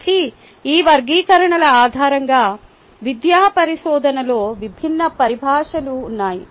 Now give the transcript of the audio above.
కాబట్టి ఈ వర్గీకరణల ఆధారంగా విద్యా పరిశోధనలో విభిన్న పరిభాషలు ఉన్నాయి